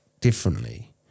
differently